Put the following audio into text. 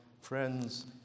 Friends